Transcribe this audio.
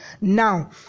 Now